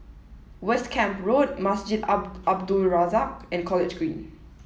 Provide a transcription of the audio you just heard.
West Camp Road Masjid Al Abdul Razak and College Green